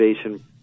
innovation